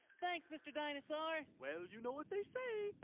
thanks, mr. dinosaur. well, you know what they say.